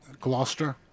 Gloucester